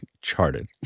charted